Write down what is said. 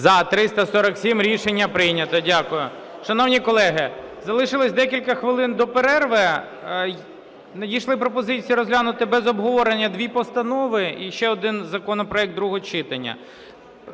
За-347 Рішення прийнято. Дякую. Шановні колеги, залишилось декілька хвилин до перерви. Надійшли пропозиції розглянути без обговорення дві постанови і ще один законопроект другого читання.